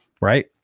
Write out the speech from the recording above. right